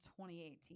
2018